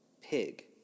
Pig